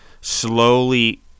slowly